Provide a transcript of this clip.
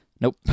Nope